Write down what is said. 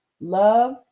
love